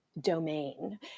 domain